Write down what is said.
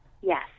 Yes